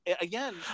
again